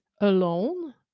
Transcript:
alone